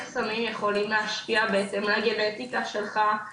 סמים יכולים להשפיע בעצם לגנטיקה שלך,